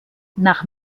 nach